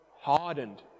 hardened